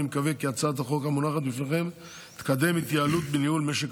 אני מקווה כי הצעת החוק המונחת בפניכם תקדם התייעלות בניהול משק